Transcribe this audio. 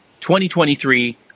2023